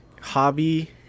hobby